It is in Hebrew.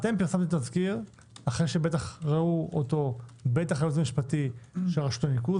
אתם פרסמתם תזכיר לאחר שהייעוץ המשפטי של רשות הניקוז